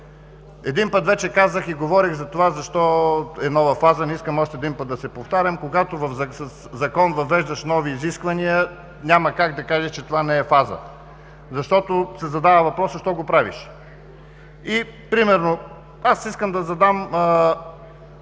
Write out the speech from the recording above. Един път вече казах и говорих за това защо е нова фаза. Не искам още един път да се повтарям. Когато със закон въвеждаш нови изисквания, няма как да кажеш, че това не е фаза. Защото се задава въпросът: защо го правиш? И, примерно, аз искам да задам